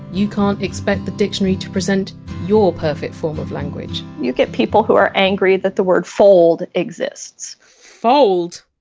you can! expect the dictionary to present your perfect form of language you get people who are angry that the word! fold! exists fold?